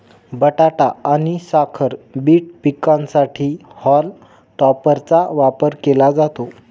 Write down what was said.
बटाटा आणि साखर बीट पिकांसाठी हॉल टॉपरचा वापर केला जातो